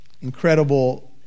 incredible